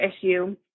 issue